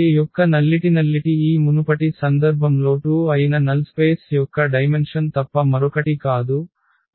A యొక్క nullity ఈ మునుపటి సందర్భంలో 2 అయిన నల్ స్పేస్ యొక్క డైమెన్షన్ తప్ప మరొకటి కాదు